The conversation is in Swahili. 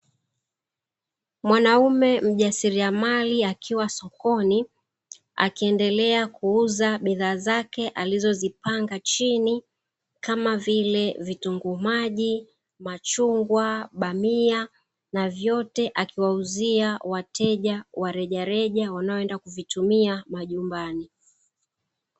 Mwanaume mjasiriamali akiwa sokoni, akiendelea kuuza bidhaa zake alizozipanga chini, kama vile: vitunguu maji, machungwa, bamia na vyote akiwauzia wateja wa rejareja wanaoenda kuvitumia majumbani.